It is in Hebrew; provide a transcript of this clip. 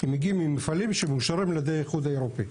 הם מגיעים ממפעלים שמאושרים על ידי האיחוד האירופי.